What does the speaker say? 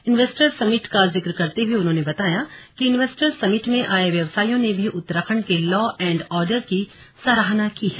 investors summit का जिक्र करते हुए उन्होंने बताया कि इन्वेस्टर्स समिट में आये व्यवसाइयों ने भी उत्तराखंड के लॉ एंड ऑर्डर की सराहना की है